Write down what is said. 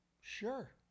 Sure